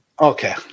Okay